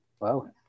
Wow